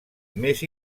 més